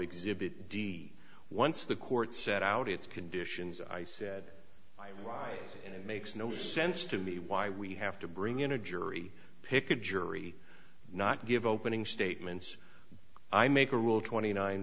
exhibit d once the court set out its conditions i said i am wise and it makes no sense to me why we have to bring in a jury pick a jury not give opening statements i make a rule twenty nine